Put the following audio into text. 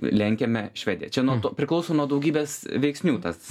lenkiame švediją čia nuo to priklauso nuo daugybės veiksnių tas